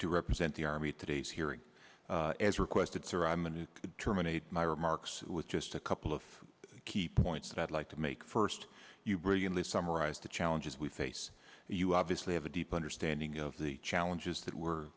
to represent the army today's hearing as requested sir i'm a new could terminate my remarks with just a couple of key points that i'd like to make first you brilliantly summarized the challenges we face you obviously have a deep understanding of the challenges that we're